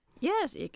Yes